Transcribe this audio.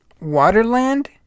Waterland